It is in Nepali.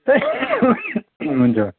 हुन्छ